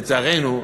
לצערנו,